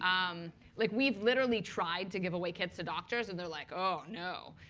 um like we've literally tried to give away kits to doctors, and they're like, oh, no.